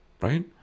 Right